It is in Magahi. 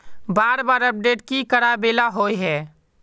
बार बार अपडेट की कराबेला होय है?